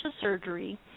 surgery